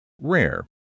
Rare